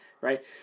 right